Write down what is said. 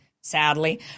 sadly